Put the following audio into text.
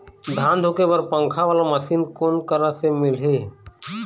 धान धुके बर पंखा वाला मशीन कोन करा से मिलही?